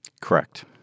Correct